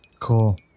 cool